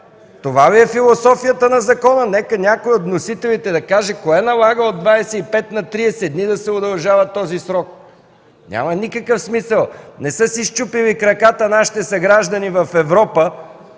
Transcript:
Това ли е философията на закона? Нека някой от вносителите да каже кое налага този срок от 25 да се удължава на 30 дни? Няма никакъв смисъл! Не са си счупили краката нашите съграждани в Европа